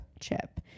Chip